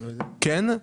כן.